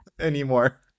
anymore